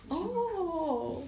很久没有看